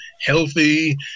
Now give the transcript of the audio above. healthy